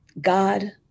God